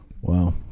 Wow